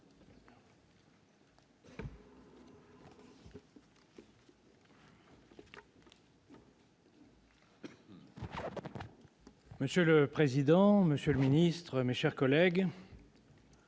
Monsieur le président, monsieur le ministre, mes chers collègues,